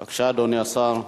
בבקשה, אדוני השר.